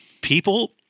people